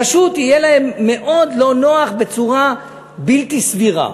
פשוט יהיה להם מאוד לא נוח, בצורה בלתי סבירה.